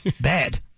Bad